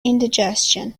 indigestion